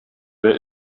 wer